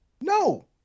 No